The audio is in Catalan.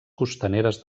costaneres